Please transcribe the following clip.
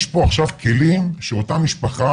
יש פה עכשיו כלים שאותה משפחה,